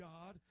God